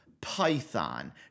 Python